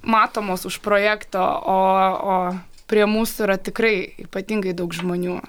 matomos už projekto o o prie mūsų yra tikrai ypatingai daug žmonių